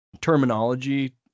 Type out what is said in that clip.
terminology